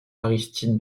aristide